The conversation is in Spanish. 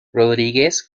rodríguez